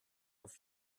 auf